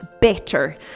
better